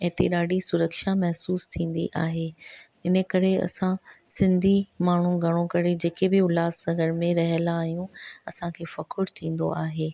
हिते ॾाढी सुरक्षा महसूस थींदी आहे इन करे असां सिंधी माण्हू घणो करे जेके बि उल्हासनगर में रहियल आहियूं असां खे फ़खुर थींदो आहे